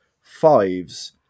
fives